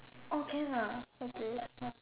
oh can ah okay